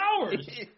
hours